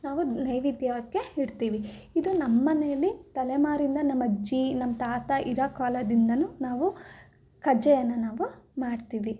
ನಾವು ನೈವೇದ್ಯಕ್ಕೆ ಇಡ್ತೀವಿ ಇದು ನಮ್ಮ ಮನೇಲಿ ತಲೆಮಾರಿಂದ ನಮ್ಮ ಅಜ್ಜಿ ನಮ್ಮ ತಾತ ಇರೋ ಕಾಲದಿಂದಾನು ನಾವು ಕಜ್ಜಾಯನ ನಾವು ಮಾಡ್ತೀವಿ